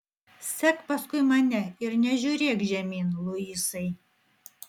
sek paskui mane ir nežiūrėk žemyn luisai